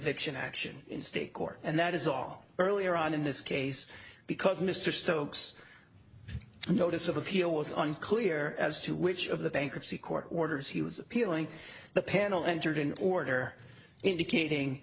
fiction action in state court and that is all earlier on in this case because mr stokes a notice of appeal was unclear as to which of the bankruptcy court orders he was appealing the panel entered in order indicating